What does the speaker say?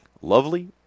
lovely